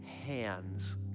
hands